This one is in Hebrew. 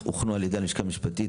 הוכנו על ידי הלשכה המשפטית,